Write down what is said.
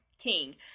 king